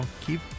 keep